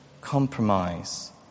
compromise